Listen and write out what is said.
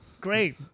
Great